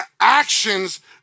actions